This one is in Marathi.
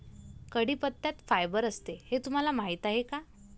कढीपत्त्यात फायबर असते हे तुम्हाला माहीत आहे का?